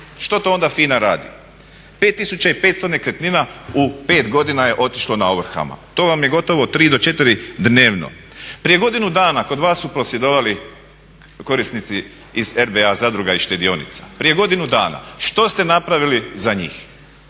Što to onda FINA radi? 5500 nekretnina u 5 godina je otišlo na ovrhama. To vam je gotovo tri do četiri dnevno. Prije godinu dana kod vas su prosvjedovali korisnici iz RBA zadruga i štedionica, prije godinu dana. Što ste napravili za njih?